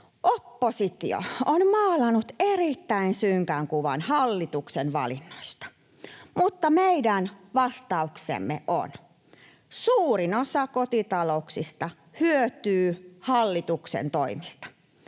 Oppositio on maalannut erittäin synkän kuvan hallituksen valinnoista. Mutta meidän vastauksemme on: suurin osa kotitalouksista hyötyy hallituksen toimista.